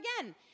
again